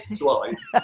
twice